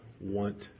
want